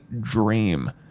dream